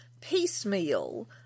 piecemeal